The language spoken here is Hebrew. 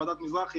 ועדת מזרחי